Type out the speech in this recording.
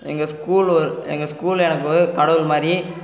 எங்கள் ஸ்கூல் எங்கள் ஸ்கூல் எனக்கு ஒரு கடவுள் மாதிரி